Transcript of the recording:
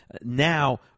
Now